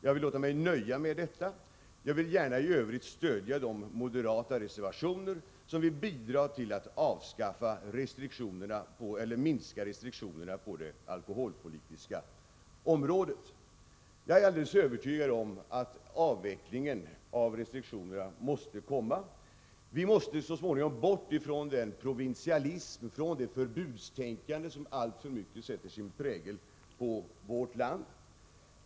Jag vill låta mig nöja med detta och vill i övrigt gärna stödja de moderata reservationer som avser att bidra till att minska restriktionerna på det alkoholpolitiska området. Jag är alldeles övertygad om att avvecklingen av restriktionerna måste komma. Vi måste så småningom bort ifrån den provinsialism, från det förbudstänkande som alltför mycket sätter sin prägel på vårt land.